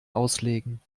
auslegen